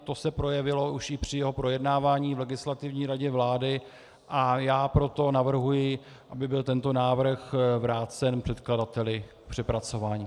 To se projevilo už i při jeho projednávání v Legislativní radě vlády, a já proto navrhuji, aby byl tento návrh vrácen předkladateli k přepracování.